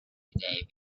today